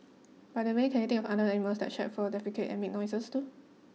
by the way can you think of any animals that shed fur defecate and make noise too